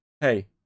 hey